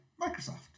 Microsoft